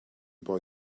boy